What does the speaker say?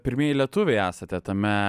pirmieji lietuviai esate tame